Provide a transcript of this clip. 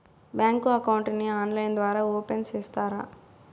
Bank account ని online ద్వారా open సేస్తారా?